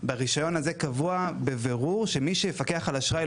ברישיון הזה קבוע בבירור שמי שיפקח על אשראי,